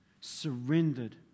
surrendered